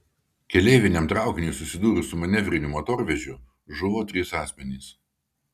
keleiviniam traukiniui susidūrus su manevriniu motorvežiu žuvo trys asmenys